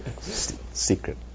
Secret